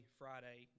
friday